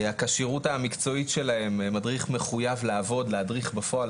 הכשירות המקצועית שלהם מדריך מחויב להדריך בפועל,